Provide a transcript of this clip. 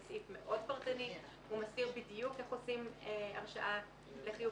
זה סעיף מאד פרטני והוא מסביר בדיוק איך עושים הרשאה לחיוב